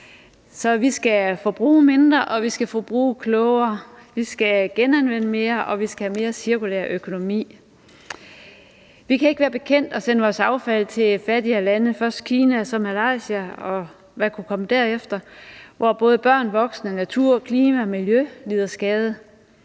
Så vi skal forbruge mindre, og vi skal forbruge klogere. Vi skal genanvende mere, og vi skal have mere cirkulær økonomi. Vi kan ikke være bekendt at sende vores affald til fattigere lande, først Kina, så Malaysia, og hvad der kunne komme derefter, hvor både børn, voksne, natur, klima og miljø lider skade.